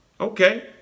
Okay